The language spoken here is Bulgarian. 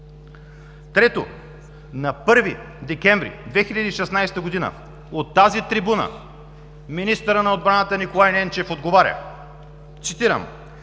Трето, на 1 декември 2016 г. от тази трибуна министърът на отбраната Николай Ненчев отговаря, цитирам: